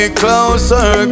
closer